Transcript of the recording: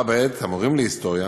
בה בעת, המורים להיסטוריה